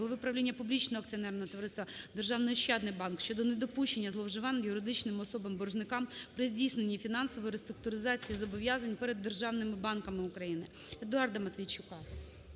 голови Правління публічного акціонерного товариства "Державний ощадний банк" щодо недопущення зловживань юридичними особами-боржниками при здійсненні фінансової реструктуризації зобов'язань перед державними банками.